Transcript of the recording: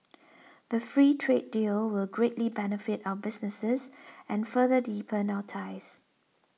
the free trade deal will greatly benefit our businesses and further deepen our ties